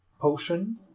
potion